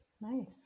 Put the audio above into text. nice